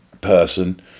person